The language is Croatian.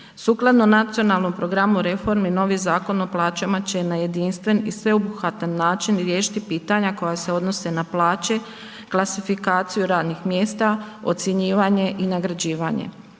Sukladno Nacionalnom programu reformi novi Zakon o plaćama će na jedinstven i sveobuhvatan način riješiti pitanja koja se odnose na plaće, klasifikaciju radnih mjesta, ocjenjivanje i nagrađivanje.